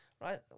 right